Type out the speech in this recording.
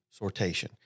sortation